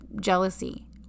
jealousy